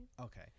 Okay